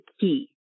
key